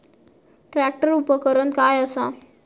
Tractor उपकरण काय असा?